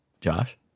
josh